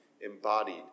embodied